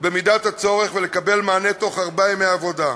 במידת הצורך, ולקבל מענה בתוך ארבעה ימי עבודה.